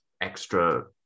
extra